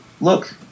look